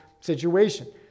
situation